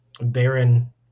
Baron